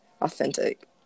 authentic